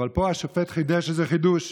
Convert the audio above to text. אבל פה השופט חידש איזה חידוש,